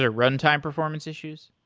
ah runtime performance issues?